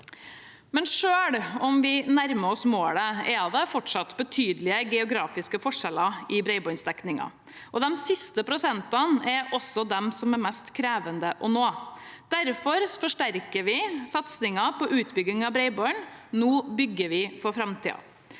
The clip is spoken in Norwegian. Selv om vi nærmer oss målet, er det fortsatt betydelige geografiske forskjeller i bredbåndsdekningen, og de siste prosentene er dem som er mest krevende å nå. Derfor forsterker vi satsingen på utbygging av bredbånd. Nå bygger vi for framtiden.